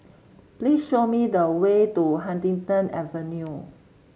please show me the way to Huddington Avenue